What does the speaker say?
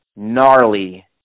Gnarly